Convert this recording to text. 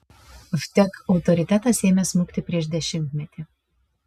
vtek autoritetas ėmė smukti prieš dešimtmetį